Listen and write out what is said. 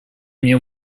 мне